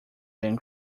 than